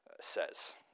says